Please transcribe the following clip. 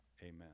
Amen